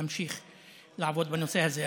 נמשיך לעבוד בנושא הזה.